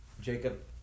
Jacob